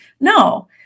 No